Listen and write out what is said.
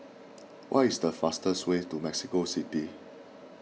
what is the fastest way to Mexico City